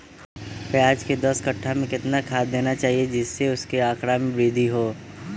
प्याज के दस कठ्ठा खेत में कितना खाद देना चाहिए जिससे उसके आंकड़ा में वृद्धि हो?